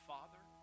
Father